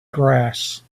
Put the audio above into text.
grass